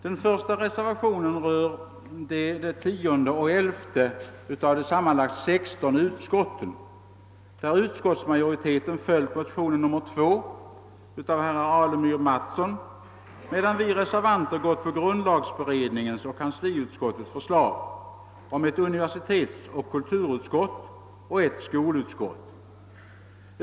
Den första reservationen rör det tionde och det elfte av de sammanlagt 16 utskotten, där utskottsmajoriteten följt motionen 2 av herrar Alemyr och Mattsson, medan vi reservanter anslutit oss till grundlagberedningens och kansliutkastets förslag om ett universitetsoch kulturutskott och ett skolutskott.